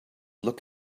look